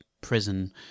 prison